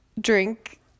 drink